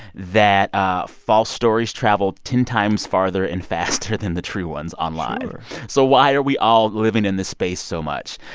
that ah false stories traveled ten times farther and faster than the true ones online sure so why are we all living in this space so much?